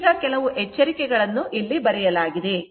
ಈಗ ಕೆಲವು ಎಚ್ಚರಿಕೆಗಳನ್ನು ಇಲ್ಲಿ ಬರೆಯಲಾಗಿದೆ